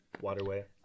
waterway